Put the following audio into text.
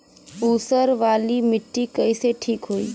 ऊसर वाली मिट्टी कईसे ठीक होई?